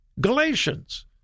Galatians